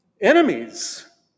enemies